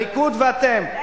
הליכוד ואתם,